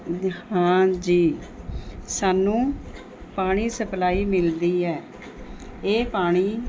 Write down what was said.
ਜੀ ਹਾਂਜੀ ਸਾਨੂੰ ਪਾਣੀ ਸਪਲਾਈ ਮਿਲਦੀ ਹੈ ਇਹ ਪਾਣੀ